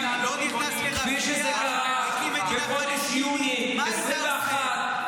כפי שזה קרה בחודש יוני 2021,